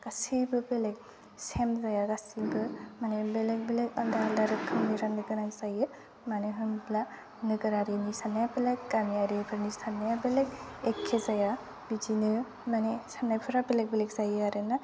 गासैबो बेलेक सेम जाया आरो गासैबो माने बेलेक बेलेक आलादा आलादा रोखोमनि राननो गोनां जायो मानो होमब्ला नोगोरारिनि साननाया बेलेक गामियारिफोरनि साननाया बेलेक एखे जाया बिदिनो माने साननायफोरा बेलेक बेलेक जायो आरो ना